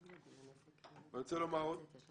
אני רוצה לומר עוד